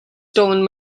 stolen